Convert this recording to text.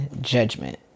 Judgment